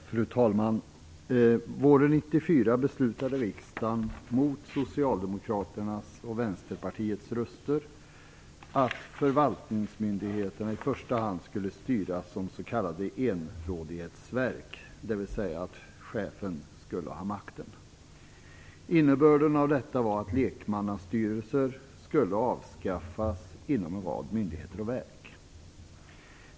Fru talman! Våren 1994 beslutade riksdagen mot Socialdemokraternas och Vänsterpartiets vilja att förvaltningsmyndigheterna i första hand skulle styras som s.k. enrådighetsverk - dvs. chefen skulle ha makten. Innebörden av detta var att lekmannastyrelser skulle avskaffas inom en rad myndigheter och verk.